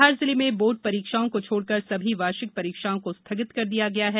धार जिले में बोर्ड परीक्षाओं को छोड़कर सभी वार्षिक परीक्षाओं को स्थगित कर दिया गया है